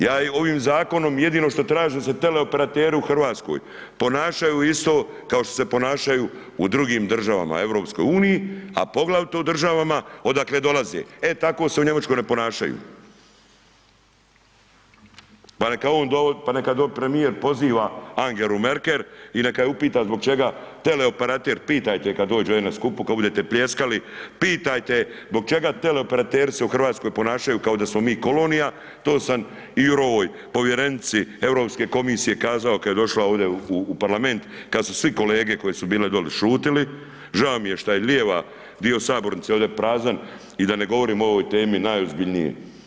Ja ovim zakonom jedino što tražim da se teleoperateri u RH ponašaju isto kao što se ponašaju u drugim državama u EU, a poglavito u državama odakle dolaze, e tako se u Njemačkoj ne ponašaju, pa neka on, pa neka premijer poziva Angelu Merkel i neka je upita zbog čega teleoperater, pitajte je kad dođe u … [[Govornik se ne razumije]] skupu, kad budete pljeskali, pitajte je zbog čega teleoperateri se u RH ponašaju kao da smo mi kolonija, to sam i Jurovoj povjerenici Europske komisije kazao kad je došla ovdje u parlament, kad su svi kolege koje su bile doli šutili, žao mi je šta je lijeva, dio sabornice ovdje prazan i da ne govorim o ovoj temi najozbiljnije.